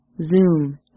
zoom